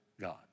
God